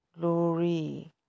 Glory